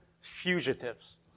fugitives